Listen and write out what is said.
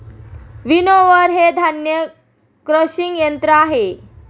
winnower हे धान्य crushing यंत्र आहे